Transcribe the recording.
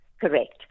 Correct